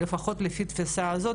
לפחות לפי התפיסה הזאת,